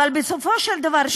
אבל בסופו של דבר,